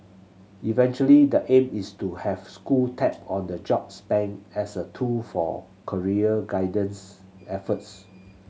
eventually the aim is to have school tap on the jobs bank as a tool for career guidance efforts